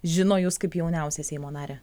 žino jūs kaip jauniausią seimo narę